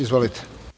Izvolite.